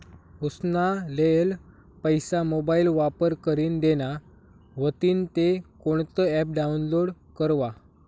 उसना लेयेल पैसा मोबाईल वापर करीन देना व्हतीन ते कोणतं ॲप डाऊनलोड करवा?